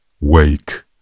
Wake